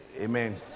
Amen